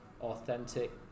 authentic